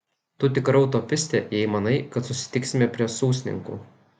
tu tikra utopistė jei manai kad susitiksime prie sūsninkų